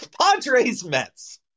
Padres-Mets